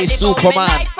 superman